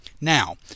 Now